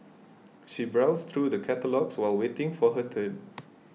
she browsed through the catalogues while waiting for her turn